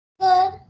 Good